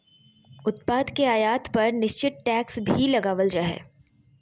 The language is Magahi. उत्पाद के आयात पर निश्चित टैक्स भी लगावल जा हय